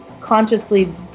consciously